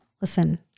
listen